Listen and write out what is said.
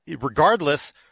regardless